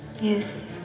Yes